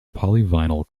polyvinyl